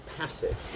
passive